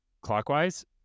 Clockwise